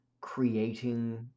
creating